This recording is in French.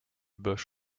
bush